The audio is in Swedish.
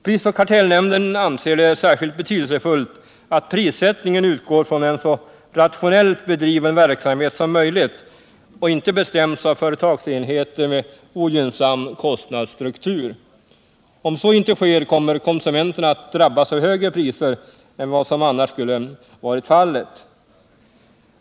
Prisoch kartellnämnden anser det särskilt betydelsefullt att prissättningen utgår från en så rationellt bedriven verksamhet som möjligt och inte bestäms av företagsenheter med ogynnsam kostnadsstruktur. Om så inte sker, kommer konsumenterna att drabbas av högre priser än vad som annars skulle varit fallet.